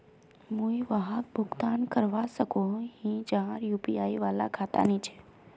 मुई वहाक भुगतान करवा सकोहो ही जहार यु.पी.आई वाला खाता नी छे?